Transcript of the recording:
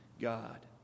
God